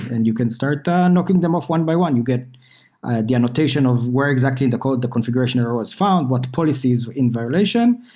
and you can start and knocking them off one-by-one. you get the annotation of where exactly the code, the configuration error was found? what policies in violation?